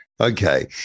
Okay